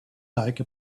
like